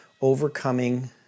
overcoming